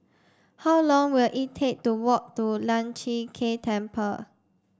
how long will it take to walk to Lian Chee Kek Temple